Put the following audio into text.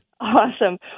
Awesome